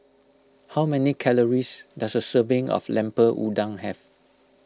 how many calories does a serving of Lemper Udang have